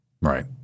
right